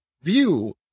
view